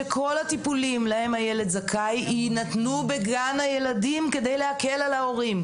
שכל הטיפולים להם הילד זכאי יינתנו בגן הילדים כדי להקל על ההורים.